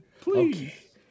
Please